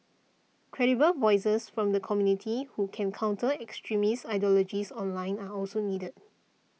credible voices from the community who can counter extremist ideologies online are also needed